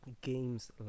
game's